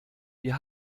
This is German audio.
wir